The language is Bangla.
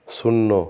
শূন্য